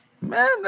Man